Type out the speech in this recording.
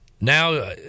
Now